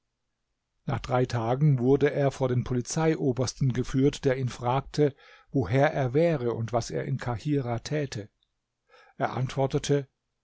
nach drei tagen wurde er vor den polizeiobersten geführt der ihn fragte woher er wäre und was er in kahirah täte er antwortete